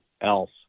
else